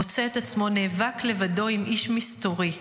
מוצא את עצמו נאבק לבדו עם "איש" מסתורי,